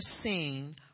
seen